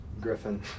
griffin